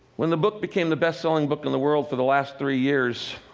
when the book became the best-selling book in the world for the last three years,